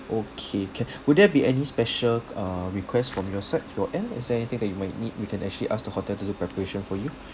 okay can will there be any special uh requests from your side your end is anything that you might need you can actually ask the hotel to do preparation for you